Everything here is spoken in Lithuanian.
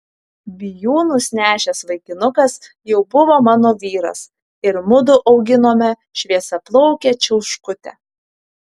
bijūnus nešęs vaikinukas jau buvo mano vyras ir mudu auginome šviesiaplaukę čiauškutę